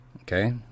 Okay